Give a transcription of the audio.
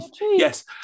yes